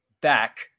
back